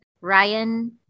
Ryan